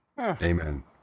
amen